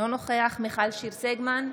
אינו נוכח מיכל שיר סגמן,